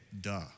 duh